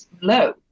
low